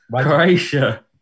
Croatia